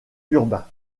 urbain